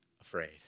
afraid